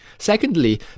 Secondly